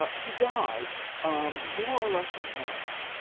but he died um more or less an arian.